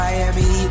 Miami